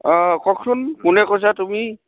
অঁ কওকচোন কোনে কৈছা তুমি